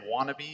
wannabe